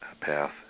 path